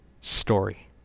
story